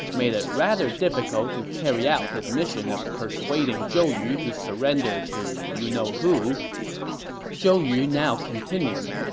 made it rather difficult to carry out his mission of persuading zhou yu to surrender to you know who zhou yu now continued.